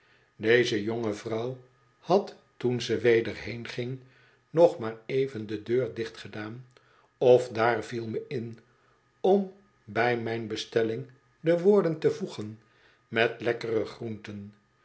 deze jonge vrouw had toen ze weder heen ging nog maar even de deur dicht gedaan of daar viel me in om bij mijn bestelling do woorden te voegen met lekkere groenten